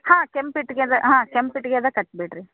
ಹಾಂ ಕೆಂಪು ಇಟ್ಕೆದ ಹಾಂ ಕೆಂಪು ಇಟ್ಕೆದ ಕಟ್ಬಿಡ್ರಿ